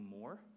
more